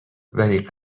ولی